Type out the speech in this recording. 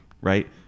right